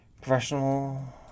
Professional